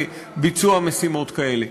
של הצבא לביצוע משימות כאלה.